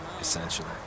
Essentially